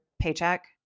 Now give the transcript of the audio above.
paycheck